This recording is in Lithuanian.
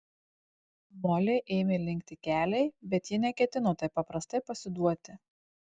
molei ėmė linkti keliai bet ji neketino taip paprastai pasiduoti